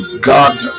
god